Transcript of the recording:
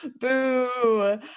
Boo